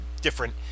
different